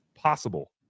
Possible